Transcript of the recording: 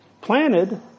planted